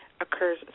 occurs